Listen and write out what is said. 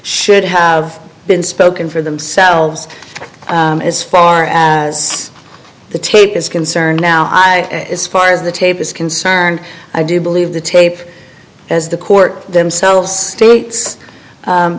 should have been spoken for themselves as far as the tape is concerned now i aspire the tape is concerned i do believe the tape as the court themselves states